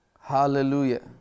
Hallelujah